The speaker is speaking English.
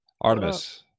Artemis